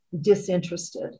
disinterested